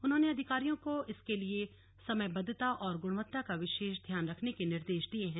उन्होंने अधिकारियों को इसके लिए समयबद्वता और गुणवत्ता का विशेष ध्यान रखने के निर्देश दिये हैं